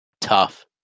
Tough